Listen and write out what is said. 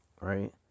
right